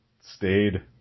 stayed